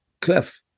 cliff